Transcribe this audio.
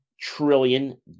trillion